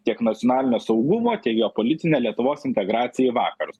tiek nacionalinio saugumo tiek geopolitine lietuvos integracija į vakarus